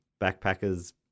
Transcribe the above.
backpackers